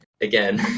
again